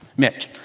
mitch.